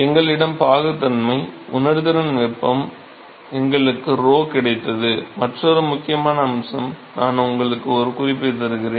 எங்களிடம் பாகுத்தன்மை உணர்திறன் வெப்பம் உள்ளது எங்களுக்கு 𝞺 கிடைத்தது மற்றொரு முக்கியமான அம்சம் நான் உங்களுக்கு ஒரு குறிப்பைத் தருகிறேன்